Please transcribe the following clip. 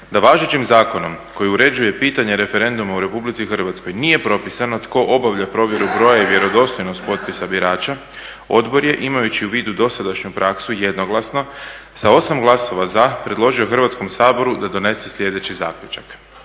da važećim zakonom koji uređuje pitanja referenduma u Republici Hrvatskoj nije propisano tko obavlja provjeru broja i vjerodostojnost potpisa birača odbor je imajući u vidu dosadašnju praksu jednoglasno sa 8 glasova za predložio Hrvatsku saboru da donese sljedeći Zaključak: